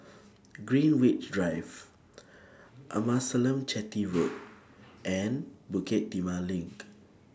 Greenwich Drive Amasalam Chetty Road and Bukit Timah LINK